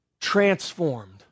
transformed